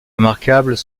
remarquables